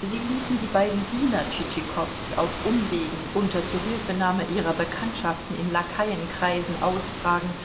sie ließen die beiden diener tschitschikows auf umwegen unter zuhilfenahme ihrer bekanntschaften in lakaienkreisen ausfragen